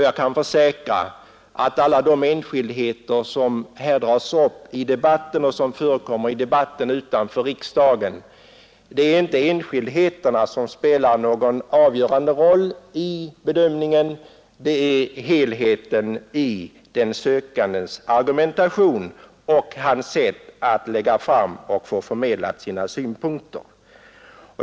Jag kan försäkra att i de fall, som dras upp i debatten här och som förekommer i debatten utanför riksdagen, är det inte enskildheterna som spelar någon avgörande roll vid bedömningen, utan det är helheten i den sökandes argumentation och hans sätt att lägga fram och få förmedlade sina synpunkter.